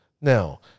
now